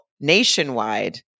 nationwide